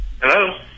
Hello